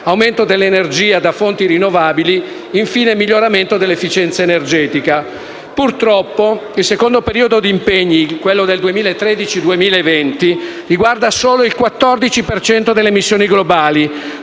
aumento dell'energia da fonti rinnovabili e miglioramento dell'efficienza energetica. Purtroppo, il secondo periodo di impegni (2013-2020) riguarda solo il 14 per cento delle emissioni globali,